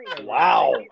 Wow